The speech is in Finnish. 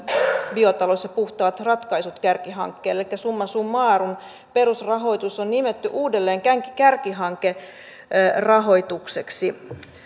biotalous ja puhtaat ratkaisut kärkihankkeelle elikkä summa summarum perusrahoitus on nimetty uudelleen kärkihankerahoitukseksi